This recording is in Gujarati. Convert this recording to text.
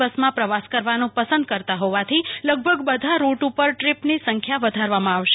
બસમાં પ્રવાસ કરવાનું પસંદ કરતાં હોવાથી લગભગ બધા રૂટ ઉપર દ્રીપની સંખ્યા વધારવામાં આવશે